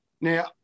Now